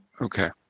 Okay